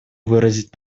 выразить